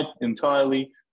entirely